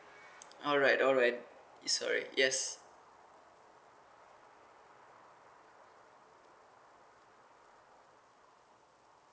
alright alright it's alright yes